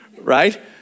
Right